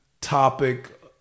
topic